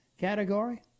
category